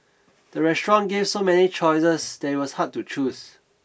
the restaurant gave so many choices that it was hard to choose